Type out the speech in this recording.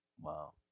wow